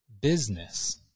Business